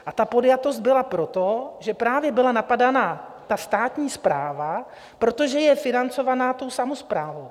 A podjatost byla proto, že právě byla napadaná státní správa, protože je financovaná samosprávou.